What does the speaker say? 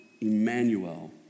Emmanuel